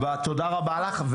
תודה רבה לך.